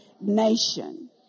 nation